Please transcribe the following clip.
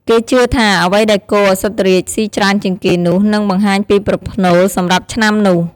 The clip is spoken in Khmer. គេជឿថា អ្វីដែលគោឧសភរាជស៊ីច្រើនជាងគេនោះ នឹងបង្ហាញពីប្រផ្នូលសម្រាប់ឆ្នាំនោះ។